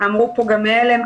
אמרו פה גם מעל"ם,